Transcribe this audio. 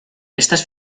estas